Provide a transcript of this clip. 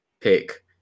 pick